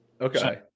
Okay